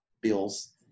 bills